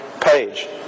page